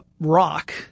rock